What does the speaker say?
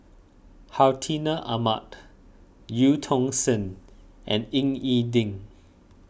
Hartinah Ahmad Eu Tong Sen and Ying E Ding